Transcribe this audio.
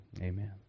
amen